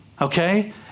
Okay